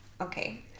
okay